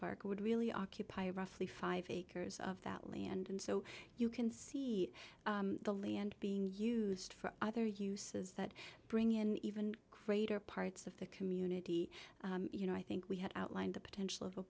park would really occupy roughly five acres of that land and so you can see the land being used for other uses that bring in even greater parts of the community you know i think we have outlined the potential of a